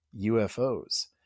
ufos